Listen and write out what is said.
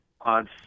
on